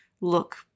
look